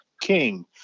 king